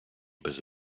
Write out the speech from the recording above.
без